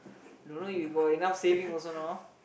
don't know you got enough saving also not